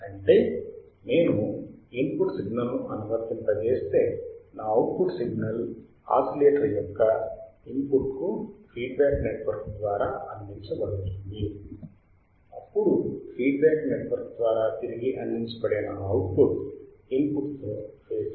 అంటే నేను ఇన్పుట్ సిగ్నల్ను అనువర్తింపజేస్తే నా అవుట్ పుట్ సిగ్నల్ ఆసిలేటర్ యొక్క ఇన్పుట్కు ఫీడ్బ్యాక్ నెట్వర్క్ ద్వారా అందించబడుతుంది అప్పుడు ఫీడ్బ్యాక్ నెట్వర్క్ ద్వారా తిరిగి అందించబడే నా అవుట్పుట్ ఇన్పుట్ తో ఫేజ్ లో ఉంటుంది